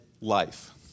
life